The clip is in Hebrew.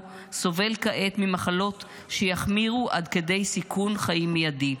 סובל כעת ממחלות שיחמירו עד כדי סיכון חיים מיידי.